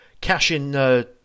cash-in